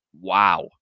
Wow